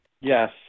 Yes